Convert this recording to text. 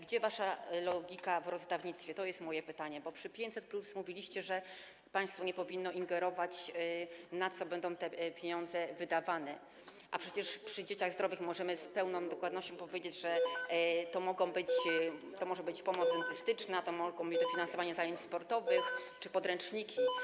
Gdzie wasza logika w rozdawnictwie - to jest moje pytanie - bo przy 500+ mówiliście, że państwo nie powinno ingerować, na co te pieniądze będą wydawane, a przecież przy dzieciach zdrowych możemy z dokładnie powiedzieć, że to może być pomoc dentystyczna, to mogą być dofinansowania zajęć sportowych czy podręczniki?